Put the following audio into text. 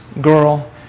girl